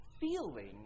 feeling